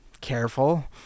careful